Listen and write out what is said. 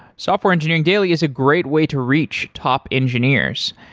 software engineering daily is a great way to reach top engineers.